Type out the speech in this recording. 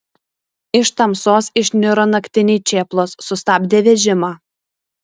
iš tamsos išniro naktiniai čėplos sustabdė vežimą